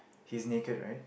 he is naked right